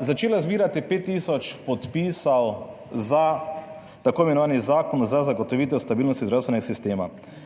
začela zbirati 5 tisoč podpisov za tako imenovani zakon za zagotovitev stabilnosti zdravstvenega sistema.